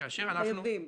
לכן,